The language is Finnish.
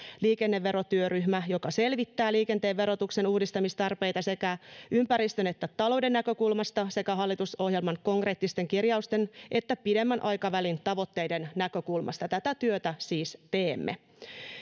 liikenneverotyöryhmä joka selvittää liikenteen verotuksen uudistamistarpeita sekä ympäristön että talouden näkökulmasta ja sekä hallitusohjelman konkreettisten kirjausten että pidemmän aikavälin tavoitteiden näkökulmasta tätä työtä siis teemme